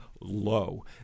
low